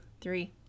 three